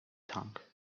tank